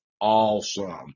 Awesome